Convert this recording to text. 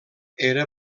era